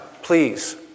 Please